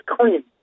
clean